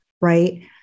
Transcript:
right